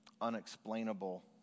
unexplainable